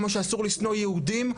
אסור לשנוא יהודים,